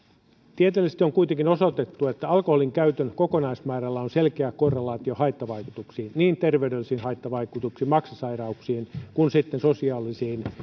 tieteellisesti on kuitenkin osoitettu että alkoholinkäytön kokonaismäärällä on selkeä korrelaatio haittavaikutuksiin niin terveydellisiin haittavaikutuksiin maksasairauksiin kuin sitten sosiaalisiin haittavaikutuksiin